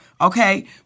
Okay